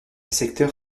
secteur